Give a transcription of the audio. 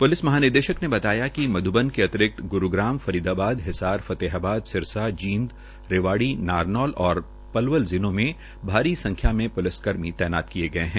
police महानिदेशक ने बताया मध्यबन के अतिरिक्त ग्रुग्राम फरीदाबाद हिसारफतेहाबाद सिरसा जींद रेवाड़ी नारनौल और पलवल जिलों से भारी संख्या में पुलिसकर्मी तैनात किए गए हैं